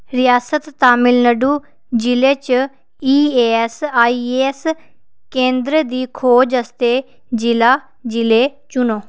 रियासत तमिलनाडु जि'ले च ईऐस्सआईसी केंदरें दी खोज आस्तै जि'ला जि'ले चुनो